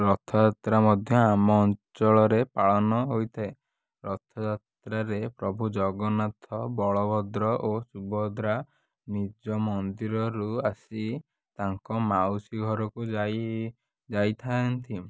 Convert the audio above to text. ରଥଯାତ୍ରା ମଧ୍ୟ ଆମ ଅଞ୍ଚଳରେ ପାଳନ ହୋଇଥାଏ ରଥଯାତ୍ରାରେ ପ୍ରଭୁ ଜଗନ୍ନାଥ ବଳଭଦ୍ର ଓ ସୁଭଦ୍ରା ନିଜ ମନ୍ଦିରରୁ ଆସି ତାଙ୍କ ମାଉସୀ ଘରକୁ ଯାଇ ଯାଇଥାନ୍ତି